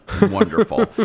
Wonderful